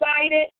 excited